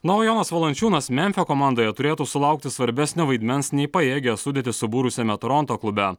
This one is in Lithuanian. na o jonas valančiūnas memfio komandoje turėtų sulaukti svarbesnio vaidmens nei pajėgią sudėtį subūrusiame toronto klube